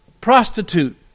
prostitute